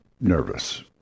nervous